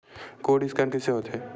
Code scan कइसे होथे?